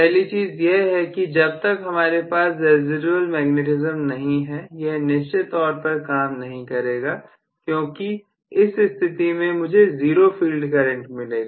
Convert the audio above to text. पहली चीज यह है कि जब तक हमारे पास रेसीडुएल मैग्नेटिज्म नहीं है यह निश्चित तौर पर काम नहीं करेगा क्योंकि इस स्थिति में मुझे 0 फील्ड करंट मिलेगा